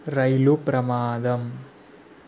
రైలు ప్రమాదం